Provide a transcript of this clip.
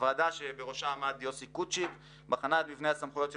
ועדת קוצ'יק בחנה את "מבנה הסמכויות של